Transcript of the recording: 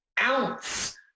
ounce